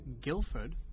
Guildford